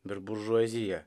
ir buržuazija